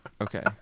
okay